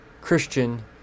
Christian